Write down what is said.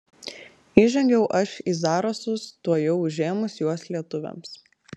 įžengiau aš į zarasus tuojau užėmus juos lietuviams